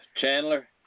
Chandler